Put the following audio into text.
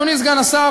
אדוני סגן השר,